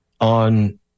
on